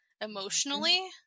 emotionally